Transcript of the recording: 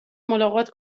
ملاقات